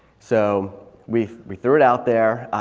so we we threw it out there.